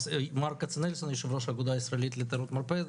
אני יו"ר האגודה הישראלית לתיירות מרפא.